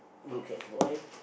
go catch boy